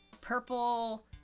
purple